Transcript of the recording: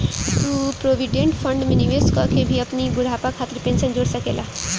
तू provident fund में निवेश कअ के भी अपनी बुढ़ापा खातिर पेंशन जोड़ सकेला